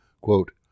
Quote